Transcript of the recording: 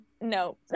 No